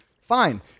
fine